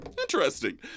Interesting